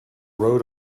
road